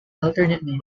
alternately